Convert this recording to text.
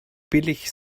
billig